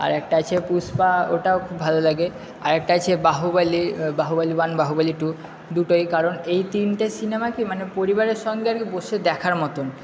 আর একটা আছে পুষ্পা ওটাও খুব ভালো লাগে আর একটা আছে বাহুবালি বাহুবালি ওয়ান বাহুবালি টু দুটোই কারণ এই তিনটে সিনেমা কি মানে পরিবারের সঙ্গে আর কি বসে দেখার মতন